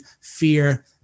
fear